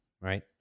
right